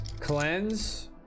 Cleanse